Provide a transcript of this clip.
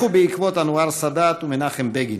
לכו בעקבות אנואר סאדאת ומנחם בגין,